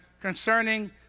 concerning